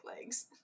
legs